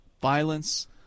violence